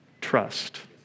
trust